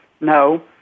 no